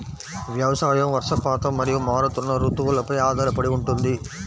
వ్యవసాయం వర్షపాతం మరియు మారుతున్న రుతువులపై ఆధారపడి ఉంటుంది